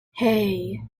hey